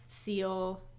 seal